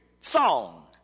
song